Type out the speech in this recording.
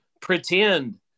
pretend